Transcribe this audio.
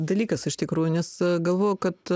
dalykas iš tikrųjų nes galvoju kad